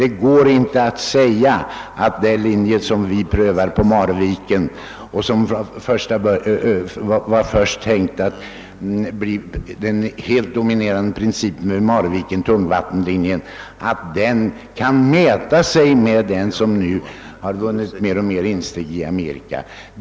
Det går inte att påstå att tungvattenmetoden, som vi prövar i Marviken och som först var tänkt att bli den helt dominerande, kan mäta sig med den metod som nu mer och mer har vunnit insteg i Amerika.